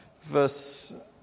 verse